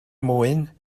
mwyn